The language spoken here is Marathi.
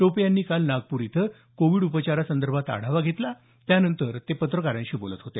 टोपे यांनी काल नागपूर इथं कोविड उपचारासंदर्भात आढावा घेतला त्यानंतर ते पत्रकारांशी बोलत होते